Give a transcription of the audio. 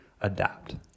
adapt